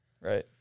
Right